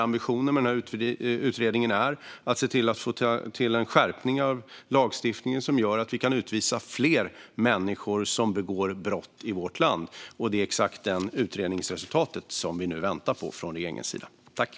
Ambitionen är att få till en skärpning av lagstiftningen, som gör att vi kan utvisa fler människor som begår brott i vårt land. Regeringen väntar nu på utredningsresultatet.